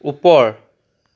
ওপৰ